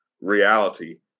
reality